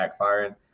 backfiring